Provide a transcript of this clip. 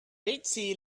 ritzy